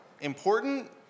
important